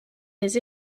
des